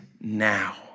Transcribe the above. now